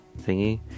thingy